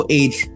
age